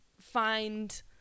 find